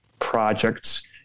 projects